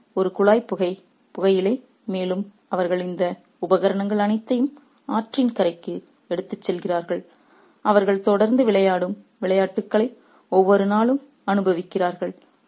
சில்லம் ஒரு குழாய் புகை புகையிலை மேலும் அவர்கள் இந்த உபகரணங்கள் அனைத்தையும் ஆற்றின் கரைக்கு எடுத்துச் செல்கிறார்கள் அவர்கள் தொடர்ந்து விளையாடும் விளையாட்டுகளை ஒவ்வொரு நாளும் அனுபவிக்கிறார்கள்